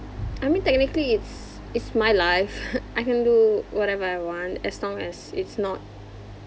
I mean technically it's it's my life I can do whatever I want as long as it's not